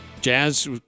Jazz